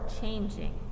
changing